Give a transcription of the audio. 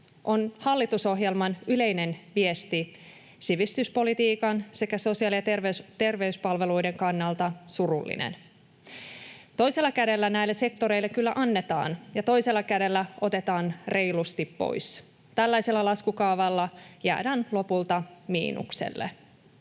on hallitusohjelman yleinen viesti sivistyspolitiikan sekä sosiaali- ja terveyspalveluiden kannalta surullinen. Toisella kädellä näille sektoreille kyllä annetaan, mutta toisella kädellä otetaan reilusti pois. Tällaisella laskukaavalla jäädään lopulta miinukselle.